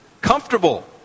comfortable